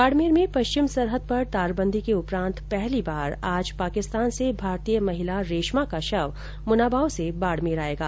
बाडमेर में पश्चिम सरहद पर तारबंदी के उपरांत पहली बार आज पाकिस्तान से भारतीय महिला रेशमा का शव मुनाबाव से बाडमेर आयेगा